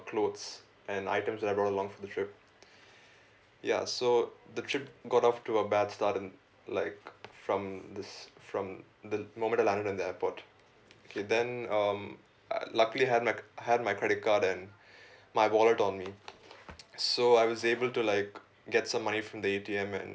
clothes and items that I brought along for the trip ya so the trip got off to a bad start and like from this from the moment that I landed at the airport okay then um I luckily had my had my credit card and my wallet on me so I was able to like get some money from the A_T_M and